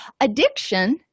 Addiction